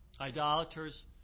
idolaters